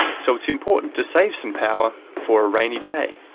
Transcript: so it's important to save some power for a rainy day.